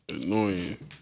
annoying